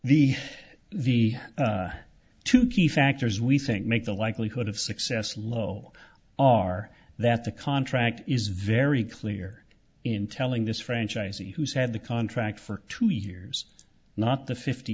the the two key factors we think make the likelihood of success low are that the contract is very clear in telling this franchisee who's had the contract for two years not the fifty